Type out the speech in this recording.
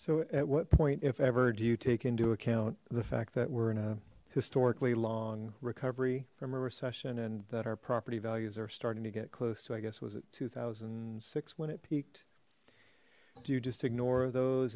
so at what point if ever do you take into account the fact that we're in a historically long recovery from a recession and that our property values are starting to get close to i guess was a two thousand and six when it peaked do you just ignore those